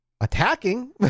attacking